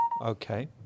okay